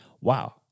wow